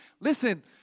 Listen